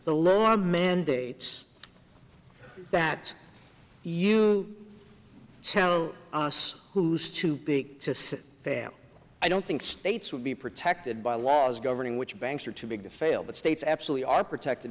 the lord mandates that you sell us who's too big to fail i don't think states would be protected by laws governing which banks are too big to fail but states absolutely are protected